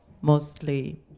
mostly